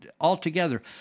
altogether